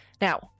Now